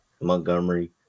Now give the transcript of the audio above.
Montgomery